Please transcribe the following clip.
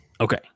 Okay